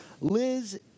Liz